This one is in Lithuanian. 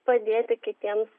padėti kitiems